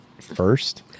first